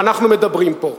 שאנחנו מדברים פה.